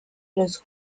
los